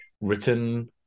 written